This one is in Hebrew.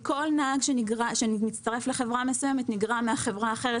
כי כל נהג שמצטרף לחברה מסוימת נגרע מן החברה האחרת,